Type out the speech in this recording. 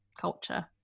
culture